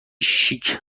شیک